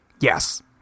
Yes